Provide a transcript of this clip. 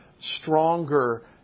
stronger